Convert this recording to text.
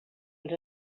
els